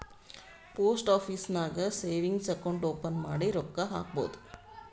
post office ನಾಗ್ savings account open ಮಾಡಿ ರೊಕ್ಕಾ ಹಾಕ್ಬೋದ್